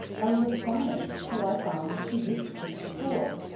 i was astonished till i found she used to teach school.